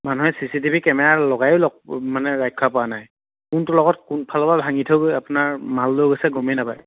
মানুহে C C T V camera লগাইও মানে ৰক্ষা পোৱা নাই কোনটো লগত কোন ফালৰ পৰা ভাঙি থৈ গৈ আপোনাৰ মাল লৈ গৈছে গমেই নাপায়